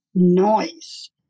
noise